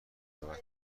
رود